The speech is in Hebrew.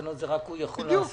תקנות זה רק הוא יכול לעשות.